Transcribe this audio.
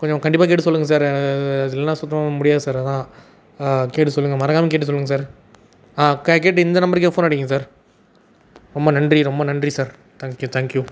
கொஞ்சம் கண்டிப்பாக கேட்டு சொல்லுங்கள் சார் அது இல்லைனா சுத்தமாக முடியாது சார் அதான் கேட்டு சொல்லுங்கள் மறக்காமல் கேட்டு சொல்லுங்கள் சார் ஆ க கேட்டு இந்த நம்பர்கே ஃபோன் அடிங்க சார் ரொம்ப நன்றி ரொம்ப நன்றி sir thank you thank you